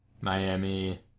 Miami